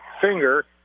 finger